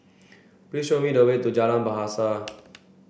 please show me the way to Jalan Bahasa